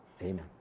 amen